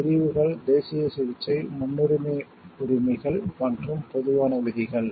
பிரிவுகள் தேசிய சிகிச்சை முன்னுரிமை உரிமைகள் மற்றும் பொதுவான விதிகள்